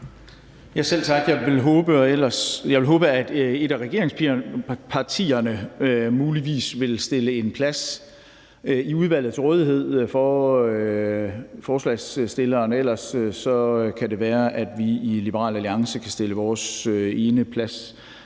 Selv tak. Jeg vil håbe, at et af regeringspartierne muligvis vil stille en plads i udvalget til rådighed for forslagsstilleren. Ellers kan det være, at vi i Liberal Alliance kan stille vores ene plads